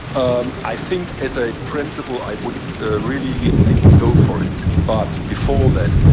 um i think, as a principle, i would really think go for it. but before that,